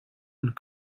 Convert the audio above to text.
und